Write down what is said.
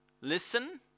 Listen